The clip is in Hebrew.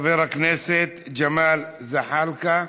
חבר הכנסת ג'מאל זחאלקה,